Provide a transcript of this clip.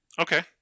Okay